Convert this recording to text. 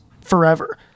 forever